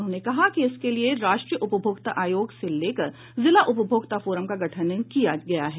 उन्होंने कहा कि इसके लिए राष्ट्रीय उपभोक्ता आयोग से लेकर जिला उपभोक्ता फोरम का गठन किया गया है